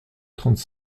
trente